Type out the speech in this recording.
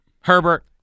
Herbert